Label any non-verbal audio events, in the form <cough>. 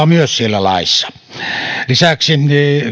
<unintelligible> myös siellä laissa lisäksi